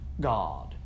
God